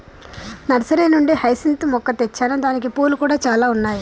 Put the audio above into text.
nursery నుండి hyacinth మొక్క తెచ్చాను దానికి పూలు కూడా చాల ఉన్నాయి